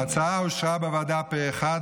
ההצעה אושרה בוועדה פה אחד.